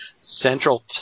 Central